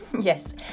Yes